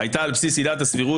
היא הייתה על בסיס עילת הסבירות,